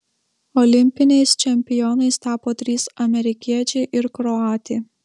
olimpiniais čempionais tapo trys amerikiečiai ir kroatė